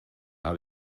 habe